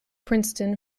princeton